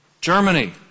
Germany